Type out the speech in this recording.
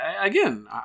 again